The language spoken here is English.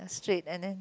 straight and then